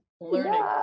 learning